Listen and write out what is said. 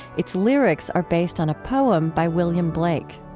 its lyrics are based on a poem by william blake